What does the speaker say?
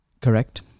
Correct